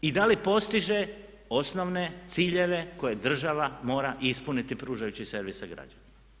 I da li postiže osnovne ciljeve koje država mora ispuniti pružajući servise građana.